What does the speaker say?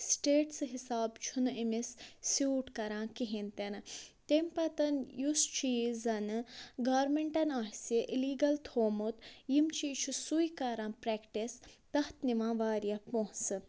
سِٹیٹسہٕ حسابہٕ چھُنہٕ أمِس سیوٗٹ کران کِہیٖنۍ تِنہٕ تَمہِ پَتَن یُس چیٖز زَنہٕ گارمٮ۪نٛٹَن آسہِ اِلیٖگَل تھوٚمُت یِم چیٖز چھِ سُے کران پرٛٮ۪کٹِس تَتھ نِوان واریاہ پونٛسہٕ